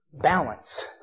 balance